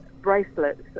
bracelets